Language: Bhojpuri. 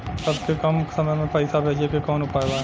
सबसे कम समय मे पैसा भेजे के कौन उपाय बा?